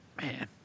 man